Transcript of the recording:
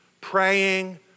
praying